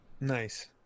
nice